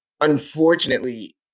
unfortunately